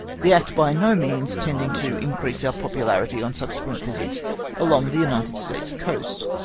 the act by no means tending to increase our popularity on subsequent visits along the united states coast.